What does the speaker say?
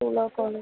സ്കൂളോ കോളേജോ